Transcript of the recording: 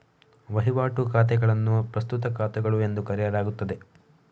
ವಹಿವಾಟು ಖಾತೆಗಳನ್ನು ಪ್ರಸ್ತುತ ಖಾತೆಗಳು ಎಂದು ಕರೆಯಲಾಗುತ್ತದೆ